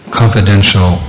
confidential